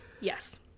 Yes